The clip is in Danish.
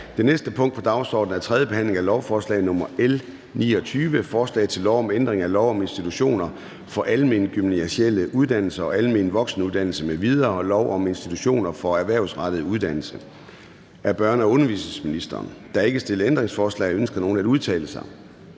Det næste punkt på dagsordenen er: 9) 3. behandling af lovforslag nr. L 29: Forslag til lov om ændring af lov om institutioner for almengymnasiale uddannelser og almen voksenuddannelse m.v. og lov om institutioner for erhvervsrettet uddannelse. (Afskaffelse af forældreindkomst som kriterium for elevfordeling